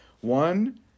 One